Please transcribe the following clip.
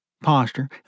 Posture